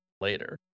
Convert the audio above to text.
later